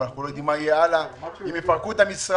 אבל אנחנו לא יודעים מה יהיה הלאה אם יפרקו את המשרד,